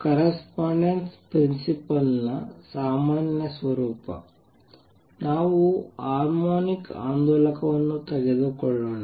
correspondence principle ನ ಸಾಮಾನ್ಯ ಸ್ವರೂಪ ನಾವು ಹಾರ್ಮೋನಿಕ್ ಆಂದೋಲಕವನ್ನು ತೆಗೆದುಕೊಳ್ಳೋಣ